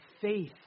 faith